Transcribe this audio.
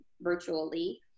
virtually